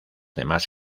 demás